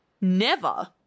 Never